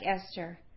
Esther